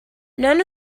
none